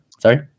Sorry